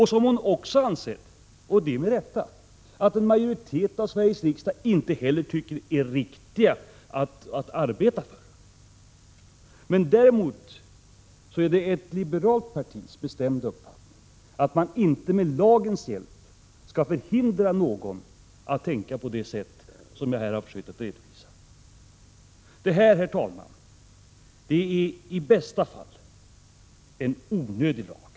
Hon anser också — och det med rätta — att en majoritet i Sveriges riksdag inte heller tycker att dessa tankegångar är riktiga att arbeta efter. Däremot är det ett liberalt partis bestämda uppfattning att man inte med lagens hjälp skall förhindra någon att tänka på det sätt som jag här har redovisat. Den här lagen, herr talman, är i bästa fall en onödig lag.